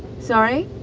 sorry?